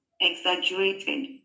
exaggerated